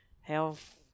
Health